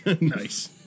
Nice